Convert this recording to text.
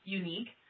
unique